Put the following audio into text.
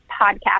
podcast